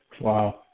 Wow